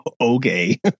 okay